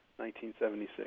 1976